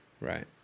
Right